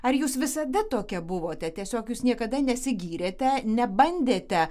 ar jūs visada tokia buvote tiesiog jūs niekada nesigyrėte nebandėte